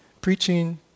preaching